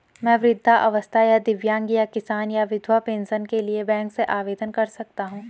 मैं वृद्धावस्था या दिव्यांग या किसान या विधवा पेंशन के लिए बैंक से आवेदन कर सकता हूँ?